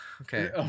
Okay